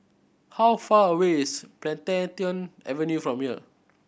how far away is Plantation Avenue from here